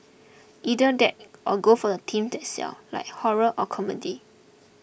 either that or go for themes that sell like horror or comedy